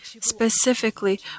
specifically